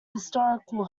historical